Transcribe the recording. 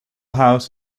house